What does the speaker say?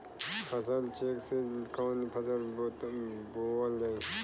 फसल चेकं से कवन फसल बोवल जाई?